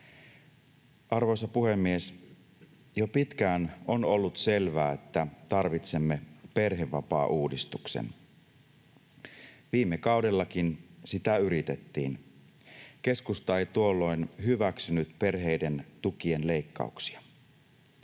Arvoisa puhemies! Jo pitkään on ollut selvää, että tarvitsemme perhevapaauudistuksen. Viime kaudellakin sitä yritettiin. Keskusta ei tuolloin hyväksynyt perheiden tukien leikkauksia.